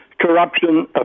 corruption